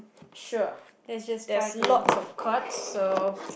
sure there's lots of cards so